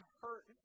hurt